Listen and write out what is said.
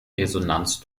resonanz